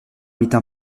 mythe